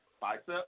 bicep